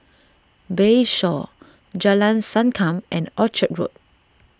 Bayshore Jalan Sankam and Orchard Road